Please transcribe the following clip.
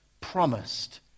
promised